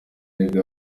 nibwo